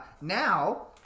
Now